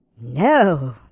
No